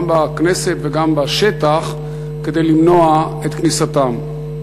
גם בכנסת וגם בשטח, כדי למנוע את כניסתם.